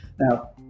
Now